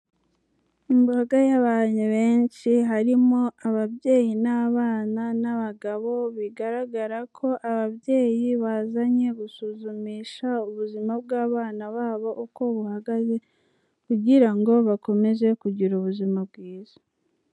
Imbaga y'abantu benshi harimo ababyeyi n'abana n'abagabo, bigaragara ko ababyeyi bazanye gusuzumisha ubuzima bw'abana babo uko buhagaze kugira ngo bakomeze kugira ubuzima bwiza.